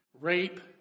rape